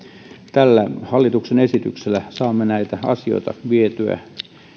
tällä hallituksen esityksellä saamme näitä asioita vietyä